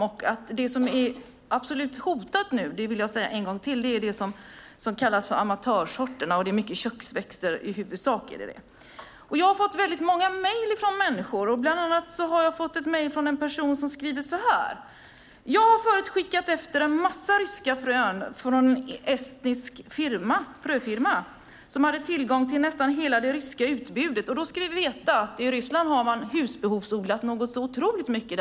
Det som är absolut hotat nu - det vill jag säga en gång till - är det som kallas för amatörsorterna. Det är i huvudsak köksväxter. Jag har fått många mejl från människor. Jag har till exempel fått ett mejl från en person som skriver följande: Jag har förut skickat efter en massa ryska frön från en estnisk fröfirma som hade tillgång till nästan hela det ryska utbudet. Då ska vi veta att man i Ryssland har husbehovsodlat otroligt mycket.